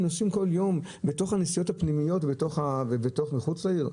נוסעים כל יום בנסיעות הפנימיות ומחוץ לעיר?